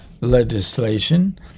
legislation